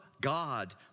God